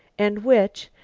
and which,